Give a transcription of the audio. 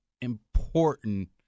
important